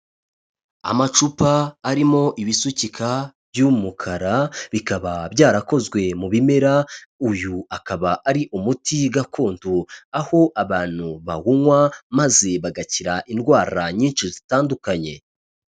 Amacupa arimo ibisukika by'umukara, bikaba byarakozwe mu bimera, uyu akaba ari umuti gakondo. Aho abantu bawunywa maze bagakira indwara nyinshi zitandukanye.